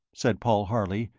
said paul harley,